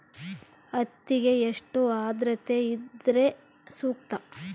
ಹತ್ತಿಗೆ ಎಷ್ಟು ಆದ್ರತೆ ಇದ್ರೆ ಸೂಕ್ತ?